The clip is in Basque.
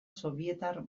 sobietar